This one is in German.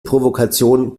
provokation